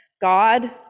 God